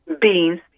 beans